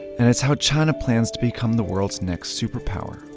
and it's how china plans to become the world's next superpower.